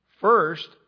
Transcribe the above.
First